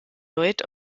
lloyd